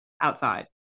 Outside